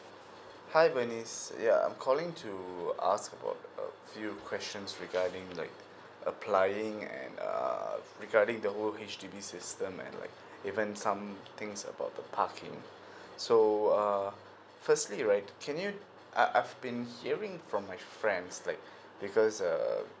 hi bernice ya I'm calling to ask about a few questions regarding like applying and err regarding the whole H_D_B system and like even some things about the parking so uh firstly right can you uh I've been hearing from my friends like because err